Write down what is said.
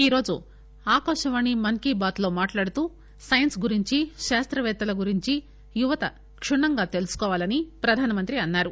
ఈ రోజు ఆకాశవాణి మన్ కీ బాత్ లో మాట్లాడుతూ సైన్స్ గురించి శాస్త్రపేత్తల గురించి యువత క్షుణ్ణంగా తెలుసుకోవాలని ప్రధానమంత్రి అన్నారు